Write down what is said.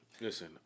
Listen